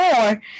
more